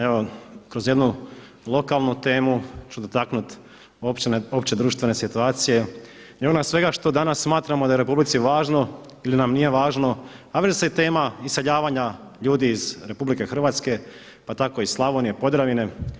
Evo kroz jednu lokalnu temu ću dotaknuti općedruštvene situacije i onoga svega što danas smatramo da je Republici važno ili nam nije važno, a veže se i tema iseljavanja ljudi iz RH pa tako iz Slavonije, Podravine.